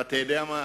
ואתה יודע מה,